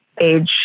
age